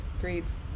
breeds